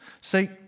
See